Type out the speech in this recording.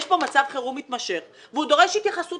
יש כאן מצב חירום מתמשך והוא דורש התייחסות